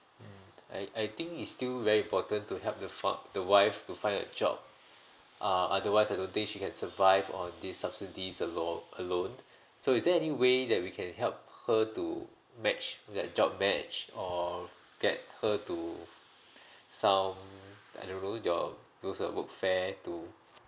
mm I I think is still very important to help the fi~ the wife to find a job uh otherwise I don't think she can survive on this subsidies alone alone so is there any way that we can help her to match that job match or get her to some I don't know your those of work fair to